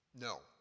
No